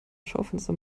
schaufenster